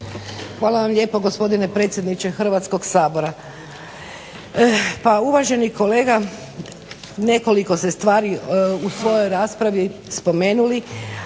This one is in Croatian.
Hvala vam lijepo gospodine predsjedniče Hrvatskog sabora. Pa uvaženi kolega nekoliko ste stvari u svojoj raspravi spomenuli,